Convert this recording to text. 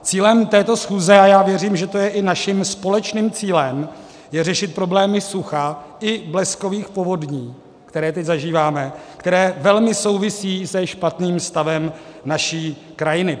Cílem této schůze je a já věřím, že to je i naším společným cílem řešit problémy sucha i bleskových povodní, které teď zažíváme, které velmi souvisí se špatným stavem naší krajiny.